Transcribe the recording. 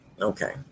Okay